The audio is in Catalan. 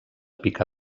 pica